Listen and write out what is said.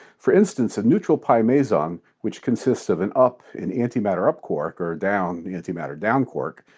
for instance, a neutral pi meson, which consists of an up and antimatter up quark, or down antimatter down quark,